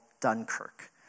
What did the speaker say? Dunkirk